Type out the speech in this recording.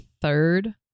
third